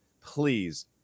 please